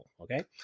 okay